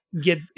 get